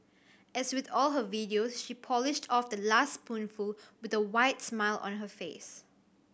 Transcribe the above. as with all her videos she polished off the last spoonful with a wide smile on her face